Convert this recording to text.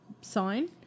sign